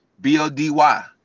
b-o-d-y